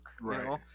Right